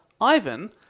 Ivan